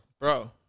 bro